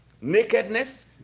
Nakedness